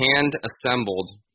hand-assembled